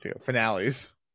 finales